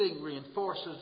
reinforces